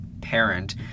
parent